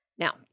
Now